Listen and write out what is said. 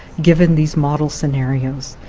given these model scenarios.